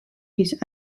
his